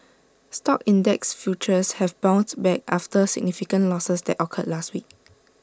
stock index futures have bounced back after significant losses that occurred last week